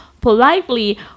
politely